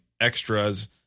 extras